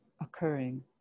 occurring